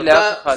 אני לאף אחד לא.